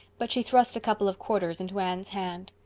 but she thrust a couple of quarters into anne's hand.